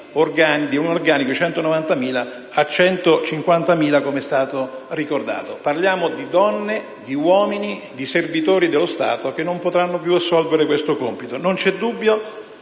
dell'organico da 190.000 a 150.000 unità, come è stato ricordato: parliamo di donne e di uomini, di servitori dello Stato che non potranno più assolvere questo compito, parliamo